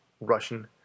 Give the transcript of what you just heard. Russian